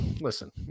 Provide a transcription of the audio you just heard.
listen